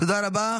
תודה רבה.